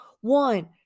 One